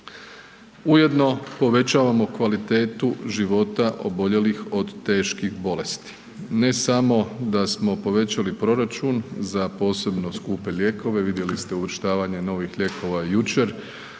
Ujedno povećavamo kvalitetu života oboljelih od teških bolesti. Ne samo da smo povećali proračun za posebno skupe lijekove, vidjeli ste uvrštavanje novih lijekova i jučer